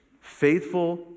faithful